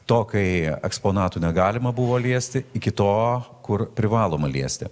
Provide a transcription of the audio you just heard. to kai eksponatų negalima buvo liesti iki to kur privaloma liesti